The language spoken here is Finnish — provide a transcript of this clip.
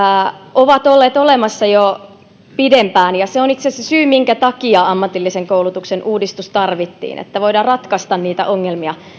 ovat olleet olemassa jo pidempään ja se on itse asiassa se syy minkä takia ammatillisen koulutuksen uudistus tarvittiin että voidaan ratkaista niitä ongelmia